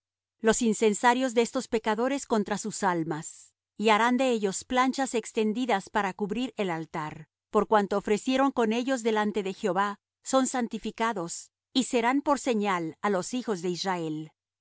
los incensarios de estos pecadores contra sus almas y harán de ellos planchas extendidas para cubrir el altar por cuanto ofrecieron con ellos delante de jehová son santificados y serán por señal á los hijos de israel